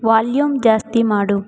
volume ಜಾಸ್ತಿ ಮಾಡು